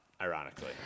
ironically